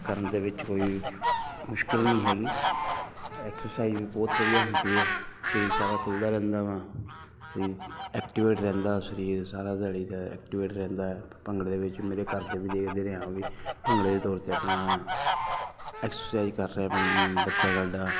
ਕਰਨ ਦੇ ਵਿੱਚ ਕੋਈ ਮੁਸ਼ਕਿਲ ਨਹੀਂ ਹੈਗੀ ਐਕਸਰਸਾਈਜ਼ ਵੀ ਬਹੁਤ ਵਧੀਆ ਹੁੰਦੀ ਆ ਸਰੀਰ ਸਾਰਾ ਖੁਲ੍ਹਦਾ ਰਹਿੰਦਾ ਵਾ ਸਰੀਰ ਐਕਟਿਵ ਰਹਿੰਦਾ ਸਰੀਰ ਸਾਰਾ ਦਿਹਾੜੀ ਦਾ ਐਕਟੀਵੇਟ ਰਹਿੰਦਾ ਹੈ ਭੰਗੜੇ ਵਿੱਚ ਮੇਰੇ ਘਰ ਦੇ ਵੀ ਦੇਖਦੇ ਨੇ ਹਾਂ ਵੀ ਭੰਗੜੇ ਦੇ ਤੌਰ 'ਤੇ ਆਪਣਾ ਐਕਸਰਸਾਈਜ ਕਰ ਰਿਹਾ ਬੰ ਬੱਚਾ ਸਾਡਾ